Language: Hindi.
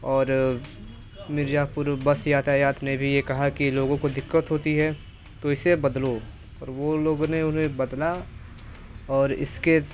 और मिर्जापुर बस यातायात ने भी ये कहा कि लोगों को दिक्कत होती है तो इसे बदलो पर वो लोगों ने उन्हें बदला और इसके